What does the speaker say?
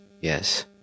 Yes